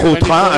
זכותך,